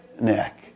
neck